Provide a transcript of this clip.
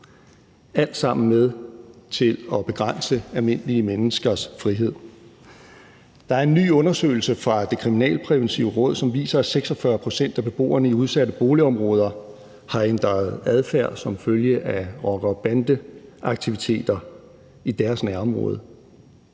alt sammen med til at begrænse almindelige menneskers frihed. Der er en ny undersøgelse fra Det Kriminalpræventive Råd, som viser, at 46 pct. af beboerne i udsatte boligområder har ændret adfærd som følge af rocker- og bandeaktiviteter i deres nærområde.